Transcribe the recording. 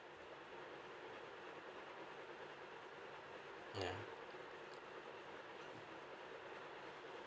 ya